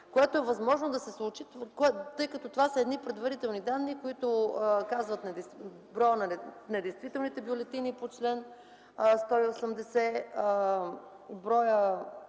Това е възможно да се случи, тъй като това са едни предварителни данни, които показват броя на недействителните бюлетини по чл. 180, броя